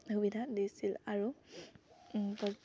সুবিধা দিছিল আৰু